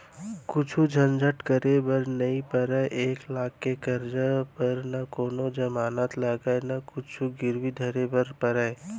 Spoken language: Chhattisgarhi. कुछु झंझट करे बर नइ परय, एक लाख के करजा बर न कोनों जमानत लागय न कुछु गिरवी धरे बर परय